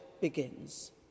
begins